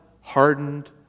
hardened